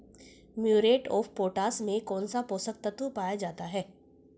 Muriate of potash में कौन सा पोषक तत्व पाया जाता है?